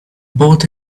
bought